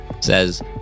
says